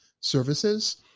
services